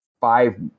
five